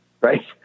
Right